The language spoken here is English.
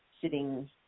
sitting